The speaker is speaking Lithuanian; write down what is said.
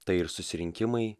tai ir susirinkimai